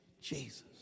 Jesus